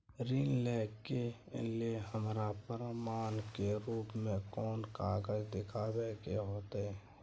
ऋण लय के लेल हमरा प्रमाण के रूप में कोन कागज़ दिखाबै के होतय?